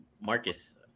Marcus